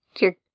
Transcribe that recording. Your-